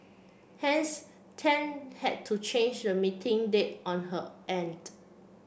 hence Tan had to change the meeting date on her end